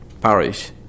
Parish